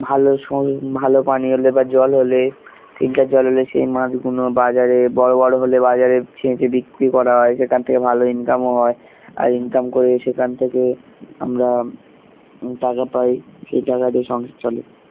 ভালো ভালো পানি হলে বা জল হলে ফিল্টার জল হলে সেই মাছগুলো বাজারে বড়ো বড়ো হলে বাজারে ছেঁচে বিক্রি করা হয় সেখান থেকে ভালো ইনকামও হয় আর ইনকাম করে সেখান থেকে আমরা টাকা পাই সেই টাকা দিয়ে সংসার চলে